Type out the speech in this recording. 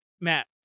Matt